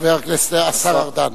השר ארדן,